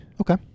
Okay